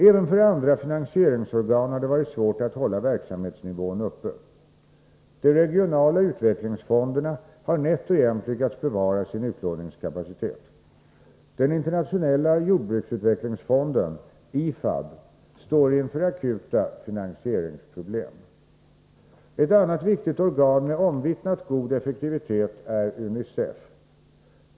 Även för andra finansieringsorgan har det varit svårt att hålla verksamhetsnivån uppe. De regionala utvecklingsfonderna har nätt och jämnt lyckats bevara sin utlåningskapacitet. Den internationella jordbruksutvecklingsfonden, IFAD, står inför akuta finansieringsproblem. Ett annat viktigt organ med omvittnat god effektivitet är UNICEF, FN:s barnfond.